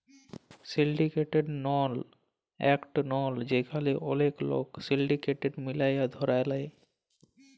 syndicated loan একট loan যেখালে ওলেক লক সিলডিকেট মিলায় ধার লেয়